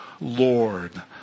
Lord